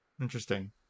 Interesting